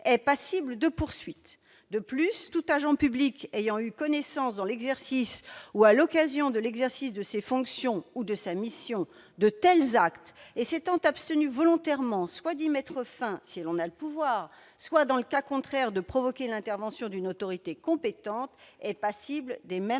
serait passible de poursuites. De plus, tout agent public ayant eu connaissance, dans l'exercice ou à l'occasion de l'exercice de ses fonctions ou de sa mission, de tels actes et s'étant abstenu volontairement soit d'y mettre fin, s'il en a le pouvoir, soit, dans le cas contraire, de provoquer l'intervention d'une autorité compétente, serait passible des mêmes